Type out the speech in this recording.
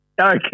Okay